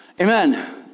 Amen